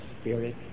spirit